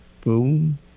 Boom